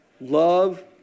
Love